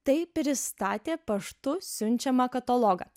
tai pristatė paštu siunčiamą katalogą